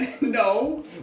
No